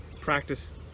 practice